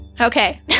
Okay